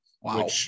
Wow